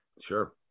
sure